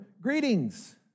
greetings